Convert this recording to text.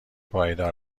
پایدار